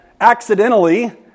accidentally